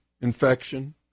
infection